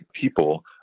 people